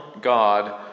God